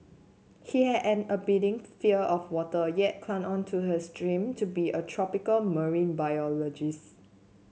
he had an abiding fear of water yet clung on to his dream to be a tropical marine biologist